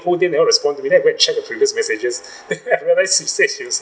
whole day never respond to me then I go and check the previous messages then I realise she said she was